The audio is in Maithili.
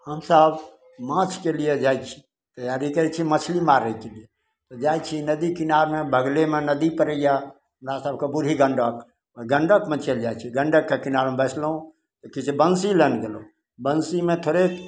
हमसब माछके लिए जाइत छी तैआरी करैत छी मछली मारैके लिए जाइत छी नदी किनारमे बगलेमे नदी पड़ैए हमरा सबके बूढ़ी गण्डक गण्डकमे चलि जाइत छी गण्डकके किनारमे बैसलहुँ किछु बंशी लेने गेलहुँ बंशीमे थोड़ेक